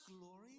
glory